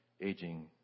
aging